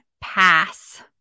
pass